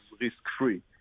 risk-free